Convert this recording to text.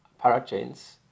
parachains